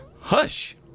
Hush